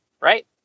right